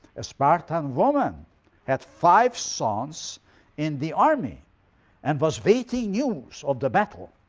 a spartan woman had five sons in the army and was waiting news of the battle.